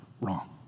wrong